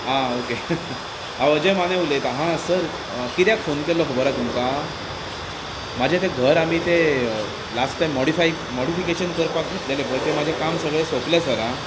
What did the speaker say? आं ओके हांव अजय माने उलयतां हां सर कित्याक फोन केल्लो खबर आसा तुमकां म्हजें तें घर आमी तें लास्ट टायम मॉडिफाय मॉडिफिकेशन करपाक घेतलेलें पळय तें म्हजें काम सगळें सोंपलें सर आं